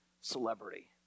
celebrity